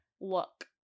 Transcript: look